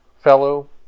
fellow